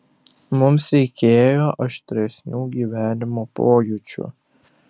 mums reikėjo aštresnių gyvenimo pojūčių